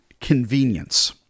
convenience